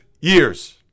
years